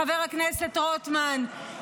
חבר הכנסת רוטמן,